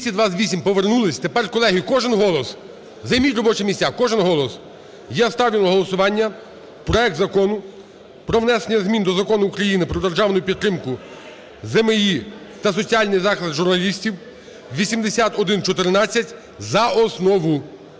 За-228 Повернулись. Тепер, колеги, кожен голос. Займіть робочі місця. Кожен голос. Я ставлю на голосування проект Закону про внесення зміни до Закону України про державну підтримку ЗМІ та соціальний захист журналістів (8114) за основу,